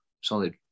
Solid